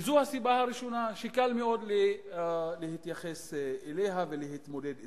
וזו הסיבה הראשונה שקל מאוד להתייחס אליה ולהתמודד אתה.